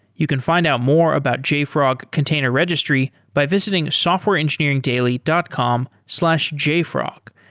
you can find out more about jfrog container registry by visiting softwareengineeringdaily dot com slash jfrog.